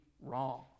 wrong